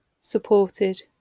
supported